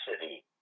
city